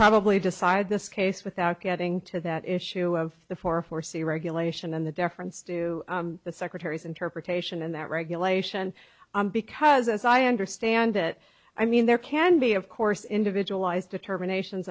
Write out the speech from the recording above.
probably decide this case without getting to that issue of the four foresee regulation and the deference to the secretary's interpretation in that regulation because as i understand that i mean there can be of course individualized determinations